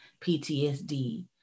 PTSD